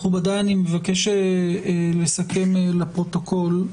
מכובדיי, אני מבקש לסכם לפרוטוקול.